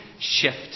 shift